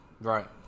Right